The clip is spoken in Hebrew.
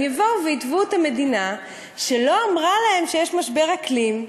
הם יבואו ויתבעו את המדינה שלא אמרה להם שיש משבר אקלים,